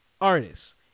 artists